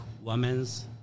women's